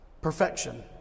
Perfection